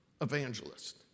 evangelist